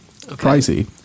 Pricey